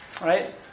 right